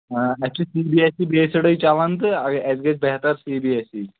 آ اَسہِ چھُ سی بی ایس سی بیسٕڈے چلان تہٕ اَسہِ گژھِ بہتر سی بی ایس سی